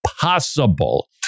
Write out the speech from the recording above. possible